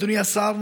אדוני השר,